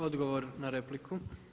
Odgovor na repliku.